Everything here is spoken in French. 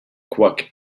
quoique